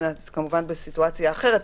כמובן בסיטואציה אחרת,